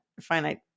finite